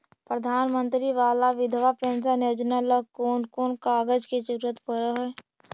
प्रधानमंत्री बाला बिधवा पेंसन योजना ल कोन कोन कागज के जरुरत पड़ है?